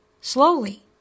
slowly